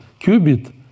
qubit